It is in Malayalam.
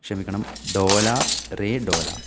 ക്ഷമിക്കണം ഡോലാ രെ ഡോലാ